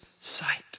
sight